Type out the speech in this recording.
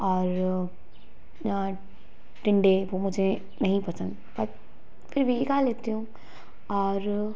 और टिंडे वो मुझे नहीं पसंद बट फिर भी खा लेती हूँ और